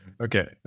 Okay